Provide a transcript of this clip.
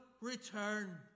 return